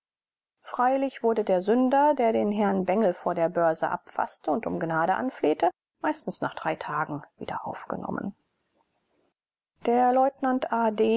freilich wurde der sünder der den herrn bengel vor der börse abfaßte und um gnade anflehte meistens nach drei tagen wieder aufgenommen der leutnant a